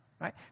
right